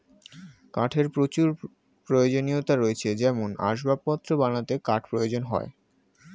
কাঠের প্রচুর প্রয়োজনীয়তা রয়েছে যেমন আসবাবপত্র বানাতে কাঠ প্রয়োজন হয়